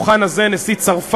נשיא המדינה שמעון פרס,